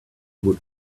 would